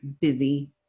busy